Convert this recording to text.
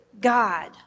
God